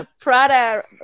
Prada